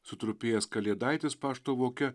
sutrupėjęs kalėdaitis pašto voke